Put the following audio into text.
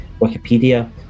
Wikipedia